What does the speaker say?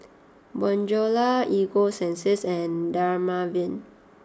Bonjela Ego sunsense and Dermaveen